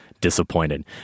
disappointed